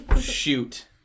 Shoot